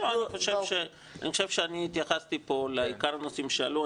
אני חושב שאני התייחסתי פה לעיקר הנושאים שעלו,